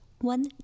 One